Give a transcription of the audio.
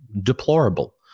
deplorable